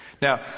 Now